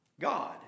God